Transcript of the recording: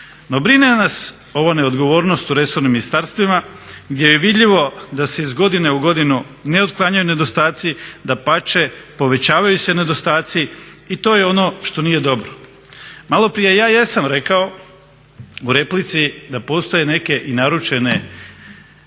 No, brine nas ova odgovornost u resornim ministarstvima gdje je vidljivo da se iz godine u godinu ne otklanjaju nedostatci. Dapače, povećavaju se nedostatci i to je ono što nije dobro. Maloprije ja jesam rekao u replici da postoje neke i naručene